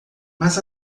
mas